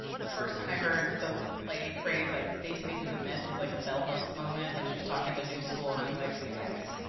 the first time i heard the phrase like safe space is a myth was like a bell hooks moment. like she was talking at the new school, and i was like, yeah, i guess.